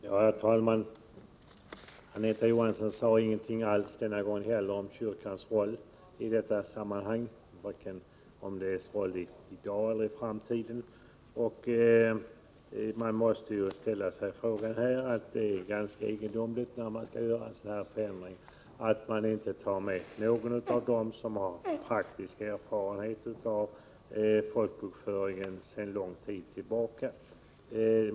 Herr talman! Anita Johansson sade ingenting alls denna gång heller om kyrkans roll i detta sammanhang, varken om dess roll i dag eller i framtiden. Det är ganska egendomligt att man när det gäller en sådan här förändring inte tar med någon av dem som har praktisk erfarenhet av folkbokföringen sedan lång tid tillbaka.